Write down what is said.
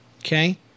okay